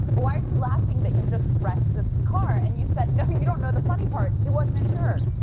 why are you laughing that you just wrecked this car? and you said, no, you don't know the funny part. it wasn't insured.